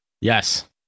Yes